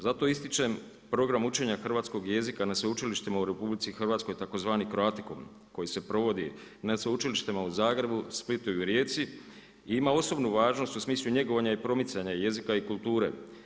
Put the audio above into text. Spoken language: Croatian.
Zato ističem program učenja hrvatskog jezika na sveučilištima u RH tzv. croaticum koji se provodi na sveučilištima u Zagrebu, Splitu i Rijeci i ima osobnu važnost u smislu njegovanja i promicanja jezika i kulture.